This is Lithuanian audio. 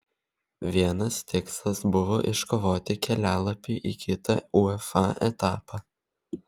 vienas tikslas buvo iškovoti kelialapį į kitą uefa etapą